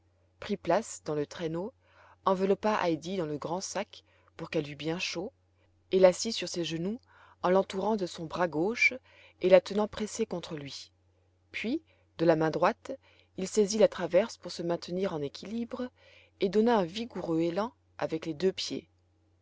prit place dans le traîneau enveloppa heidi dans le grand sac pour qu'elle eût bien chaud et l'assit sur ses genoux en l'entourant de son bras gauche et la tenant pressée contre lui puis de la main droite il saisit la traverse pour se maintenir en équilibre et donna un vigoureux élan avec les deux pieds